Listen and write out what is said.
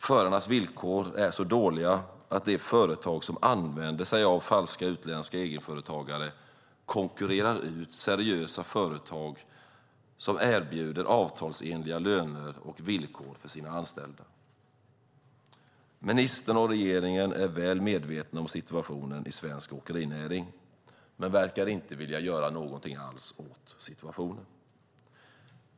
Förarnas villkor är så dåliga att de företag som använder sig av falska utländska egenföretagare konkurrerar ut seriösa företag som erbjuder avtalsenliga löner och villkor för sina anställda. Ministern och regeringen är väl medvetna om situationen i svensk åkerinäring men verkar inte vill göra någonting alls åt situationen.